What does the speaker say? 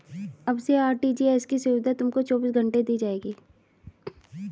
अब से आर.टी.जी.एस की सुविधा तुमको चौबीस घंटे दी जाएगी